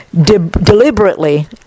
deliberately